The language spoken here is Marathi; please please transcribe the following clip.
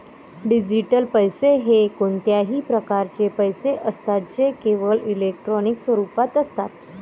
डिजिटल पैसे हे कोणत्याही प्रकारचे पैसे असतात जे केवळ इलेक्ट्रॉनिक स्वरूपात असतात